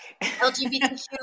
LGBTQ